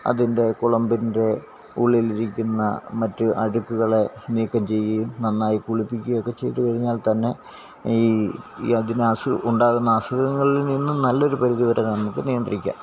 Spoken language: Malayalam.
അതിൻറെ കുളമ്പിൻറെ ഉള്ളിലിരിക്കുന്ന മറ്റ് അഴുക്കുകളെ നീക്കം ചെയുകയും നന്നായി കുളിപ്പിക്കയും ഒക്കെ ചെയ്തു കഴിഞ്ഞാൽ തന്നെ ഈ അതിനസു ഉണ്ടാകുന്ന അസുഖങ്ങളിൽ നിന്നും നല്ലൊരു പരിധി വരെ നമുക്ക് നിയന്ത്രിക്കാം